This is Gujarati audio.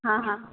હા હા